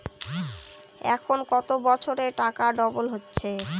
এখন কত বছরে টাকা ডবল হচ্ছে?